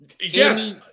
Yes